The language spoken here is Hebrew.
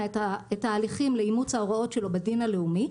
את ההליכים לאימוץ ההוראות שלו בדין הלאומי,